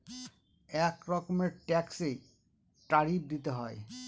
এক রকমের ট্যাক্সে ট্যারিফ দিতে হয়